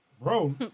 Bro